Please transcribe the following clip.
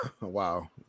Wow